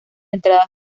entrada